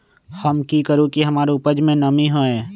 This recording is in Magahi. हम की करू की हमार उपज में नमी होए?